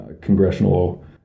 congressional